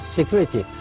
security